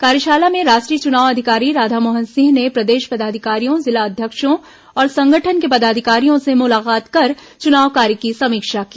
कार्यशाला में राष्ट्रीय चुनाव अधिकारी राधामोहन सिंह ने प्रदेश पदाधिकारियों जिला अध्यक्षों और संगठन के पदाधिकारियों से मुलाकात कर चुनाव कार्य की समीक्षा की